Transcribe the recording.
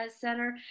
center